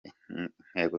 intego